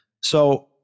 So-